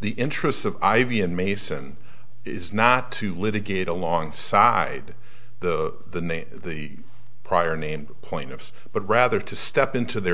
the interests of ivy and mason is not to litigate alongside the the prior named point of but rather to step into their